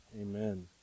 Amen